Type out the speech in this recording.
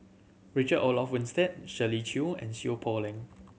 Richard Olaf Winstedt Shirley Chew and Seow Poh Leng